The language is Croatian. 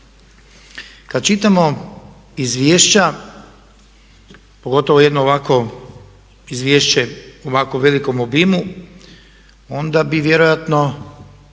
Kad čitamo izvješća pogotovo jedno ovako izvješće u ovako velikom obimu onda bi vjerojatno